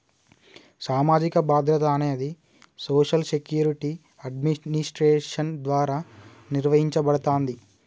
సామాజిక భద్రత అనేది సోషల్ సెక్యూరిటీ అడ్మినిస్ట్రేషన్ ద్వారా నిర్వహించబడతాంది